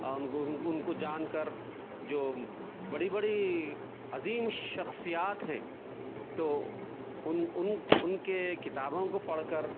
اور ان کو جان کر جو بڑی بڑی عظیم شخصیات ہیں تو ان ان ان کے کتابوں کو پڑھ کر